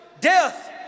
death